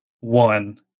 one